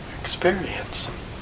experience